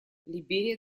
либерия